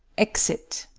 exit